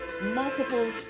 multiple